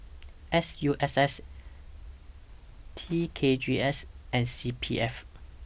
S U S S T K G S and C P F